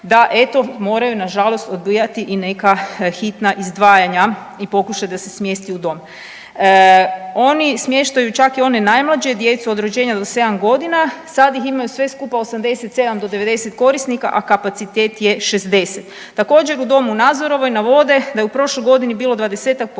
eto moraju nažalost odbijati i neka hitna izdvajanja i pokušati da se smjesti u dom. Oni smještaju čak i one najmlađe, djecu od rođenja do sedam godina, sad ih ima sve skupa od 87 do 90 korisnika, a kapacitet je 60. Također u Domu u Nazorovoj navode da je u prošloj godini bilo 20-ak